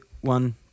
one